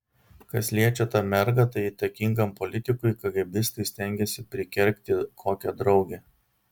kas liečia tą mergą tai įtakingam politikui kagėbistai stengiasi prikergti kokią draugę